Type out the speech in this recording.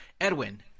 Edwin